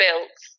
built